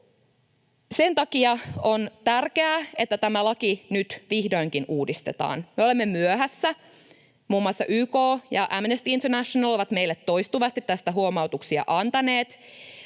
Sen takia on tärkeää, että tämä laki nyt vihdoinkin uudistetaan. Me olemme myöhässä: muun muassa YK ja Amnesty International ovat toistuvasti antaneet